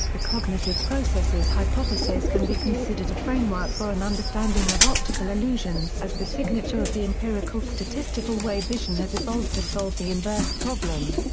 the cognitive processes hypothesis can be considered a framework for an understanding of optical illusions as the signature of the empirical statistical way vision has evolved to solve the inverse problem.